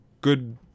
good